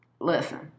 Listen